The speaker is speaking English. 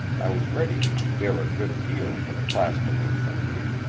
i was ready to dare a good deal for the clasp of her fingers,